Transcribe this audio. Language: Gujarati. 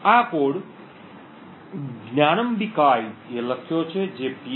આ કોડ જ્ઞાનમ્બિકાઈ એ લખ્યો છે જે પીએચ